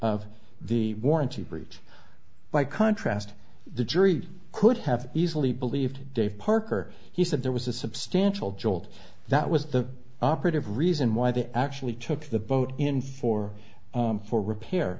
of the warranty breach by contrast the jury could have easily believed dave parker he said there was a substantial jolt that was the operative reason why they actually took the boat in for for repair